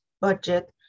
budget